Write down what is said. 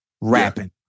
Rapping